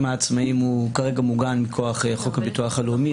העצמאיים כרגע מוגן מכוח חוק הביטוח הלאומי,